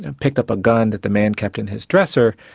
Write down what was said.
ah picked up a gun that the man kept in his dresser,